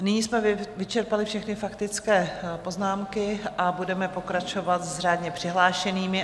Nyní jsme vyčerpali všechny faktické poznámky a budeme pokračovat s řádně přihlášenými.